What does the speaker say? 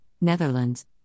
Netherlands